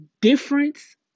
difference